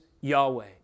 Yahweh